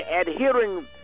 adhering